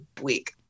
week